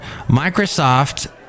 Microsoft